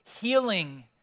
healing